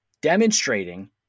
demonstrating